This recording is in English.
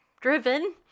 driven